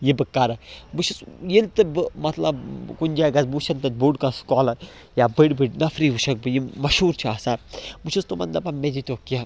یہِ بہٕ کَرٕ بہٕ چھُس ییٚلہِ تہِ بہٕ مطلب کُنہِ جایہِ گژھٕ بہٕ وٕچھَن تَتہِ بوٚڈ کانٛہہ سُکالَر یا بٔڑۍ بٔڑۍ نفری وٕچھَکھ بہٕ یِم مشہوٗر چھِ آسان بہٕ چھُس تِمَن دَپان مےٚ دیٖتو کیٚنٛہہ